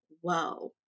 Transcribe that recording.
whoa